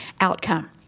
outcome